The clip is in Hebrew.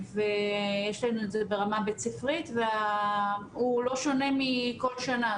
יש לנו את זה ברמה בית-ספרית והוא לא שונה מכל שנה.